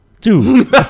two